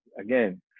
again